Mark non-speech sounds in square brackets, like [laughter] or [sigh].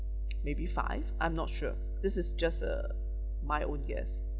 [noise] maybe five I'm not sure this is just uh my own guess